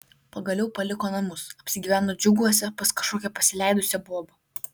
pagaliau paliko namus apsigyveno džiuguose pas kažkokią pasileidusią bobą